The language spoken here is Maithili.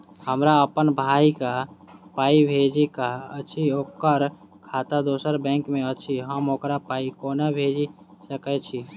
हमरा अप्पन भाई कऽ पाई भेजि कऽ अछि, ओकर खाता दोसर बैंक मे अछि, हम ओकरा पाई कोना भेजि सकय छी?